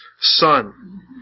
son